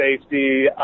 safety